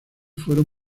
fueron